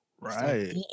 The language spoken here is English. Right